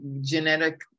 genetic